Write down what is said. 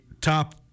top